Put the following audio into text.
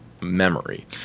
memory